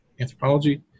anthropology